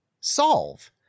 solve